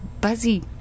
buzzy